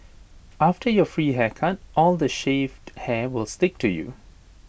after your free haircut all the shaved hair will stick to you